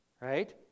right